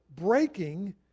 breaking